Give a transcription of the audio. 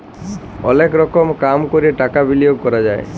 অলেক রকম কাম ক্যরে টাকা বিলিয়গ ক্যরা যায়